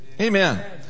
Amen